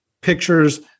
pictures